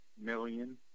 million